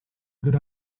good